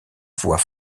voix